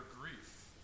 grief